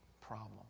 problem